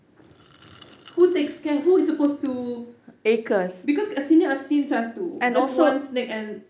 who takes care who is supposed to because kat sini I've seen satu just one snake and